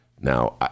Now